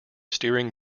steering